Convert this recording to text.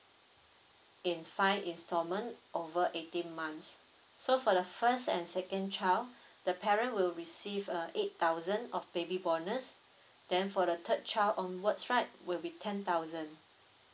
in five installment over eighteen months so for the first and second child the parent will receive a eight thousand of baby bonus then for the third child onwards right will be ten thousand